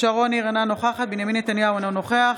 שרון ניר, אינה נוכחת בנימין נתניהו, אינו נוכח